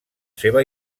seva